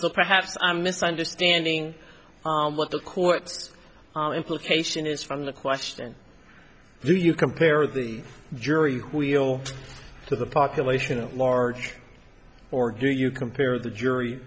so perhaps i'm misunderstanding what the courts implication is from the question do you compare the jury wheel to the population at large or do you compare the jury